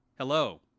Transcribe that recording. Hello